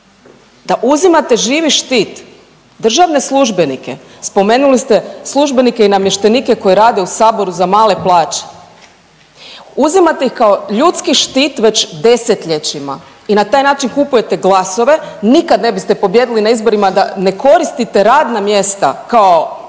da uzimate živi štit državne službenike spomenuli ste službenike i namještenike koji rade u Saboru za male plaće. Uzimate ih kao ljudski štit već desetljećima i na taj način kupujete glasove, nikad ne biste pobijedili na izborima da ne koristite radna mjesta kao